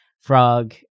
frog